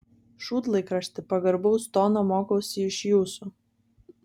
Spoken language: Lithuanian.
šūdlaikrašti pagarbaus tono mokausi iš jūsų